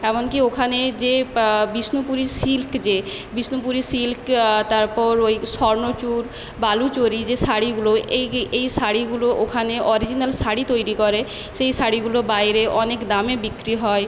এমনকি ওখানে যে বিষ্ণুপুরি সিল্ক যে বিষ্ণুপুরি সিল্ক তারপর ওই স্বর্ণচুর বালুচরী যে শাড়িগুলো এই এই এই শাড়িগুলো ওখানে অরিজিনাল শাড়ি তৈরি করে সেই শাড়িগুলো বাইরে অনেক দামে বিক্রি হয়